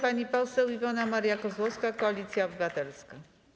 Pani poseł Iwona Maria Kozłowska, Koalicja Obywatelska.